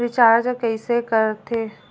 Recharge कइसे कर थे?